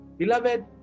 Beloved